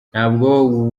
ntabwo